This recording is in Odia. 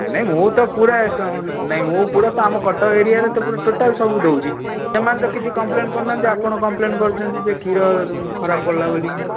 ନାହିଁ ନାହିଁ ମୁଁ ତ ପୁରା ନାହିଁ ମୁଁ ପୁରା ତ ଆମ କଟକ ଏରିଆରେ ତ ପୁରା ଟୋଟାଲ୍ ସବୁ ଦେଉଛି ସେମାନେ ତ କିଛି କମ୍ପ୍ଲେନ୍ କରୁନାହାନ୍ତି ଆପଣ କମ୍ପ୍ଲେନ୍ କରୁଛନ୍ତି ଯେ କ୍ଷୀର ଖରାପ ପଡ଼ିଲା ବୋଲିକିନା